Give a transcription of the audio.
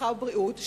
הרווחה והבריאות,